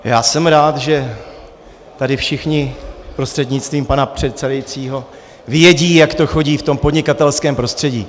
Já jsem rád, že tady všichni prostřednictvím pana předsedajícího vědí, jak to chodí v podnikatelském prostředí.